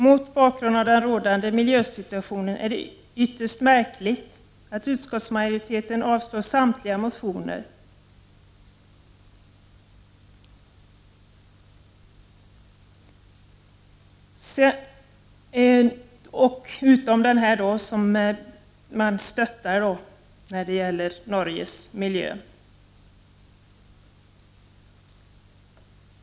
Mot bakgrund av den rådande miljösituationen är det ytterst märkligt att utskottsmajoriteten avstyrker samtliga motioner utom den som handlar om åtgärder i Norge.